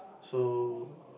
so